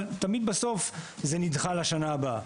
אבל תמיד בסוף זה נדחה לשנה הבאה.